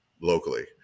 locally